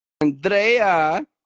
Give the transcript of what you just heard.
Andrea